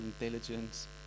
intelligence